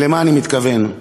ולמה אני מתכוון?